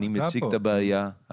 אני מציג את הבעיה,